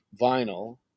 vinyl